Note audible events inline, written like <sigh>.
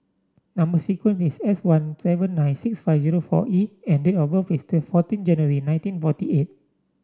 number sequence is S one seven nine six five zero four E and date of birth is <unintelligible> fourteen January nineteen forty eight